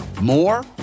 more